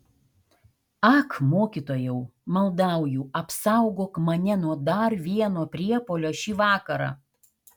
ak mokytojau maldauju apsaugok mane nuo dar vieno priepuolio šį vakarą